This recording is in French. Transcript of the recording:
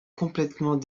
complètement